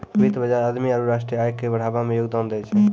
वित्त बजार आदमी आरु राष्ट्रीय आय के बढ़ाबै मे योगदान दै छै